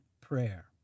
prayer